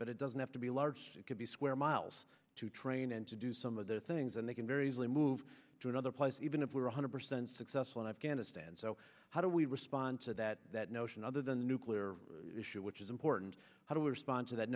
but it doesn't have to be large it could be square miles to train and to do some of their things and they can very easily move to another place even if we are one hundred percent successful in afghanistan so how do we respond to that notion other than the nuclear issue which is important how do we respond t